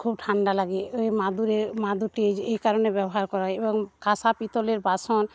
খুব ঠান্ডা লাগে ঐ মাদুরে মাদুরটি এই কারণে ব্যবহার করা হয় এবং কাঁসা পিতলের বাসন